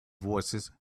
voicesand